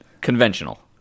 Conventional